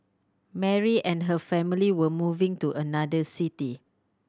Mary and her family were moving to another city